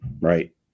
right